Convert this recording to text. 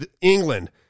England